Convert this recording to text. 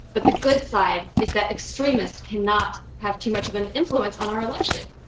but the good side is that extremists cannot have too much of an influence on our election.